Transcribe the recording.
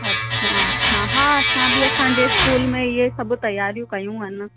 अच्छा हा हा असां बि असांजे स्कूल में इहे सभु तयारियूं कयूं आहिनि न